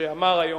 שאמר היום,